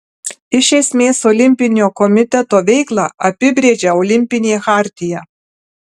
iš esmės olimpinio komiteto veiklą apibrėžia olimpinė chartija